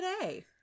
today